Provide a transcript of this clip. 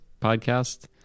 podcast